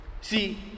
See